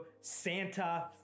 santa